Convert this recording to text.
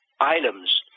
items